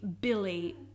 Billy